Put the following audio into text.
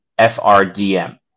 FRDM